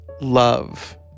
love